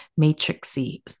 matrixy